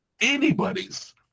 anybody's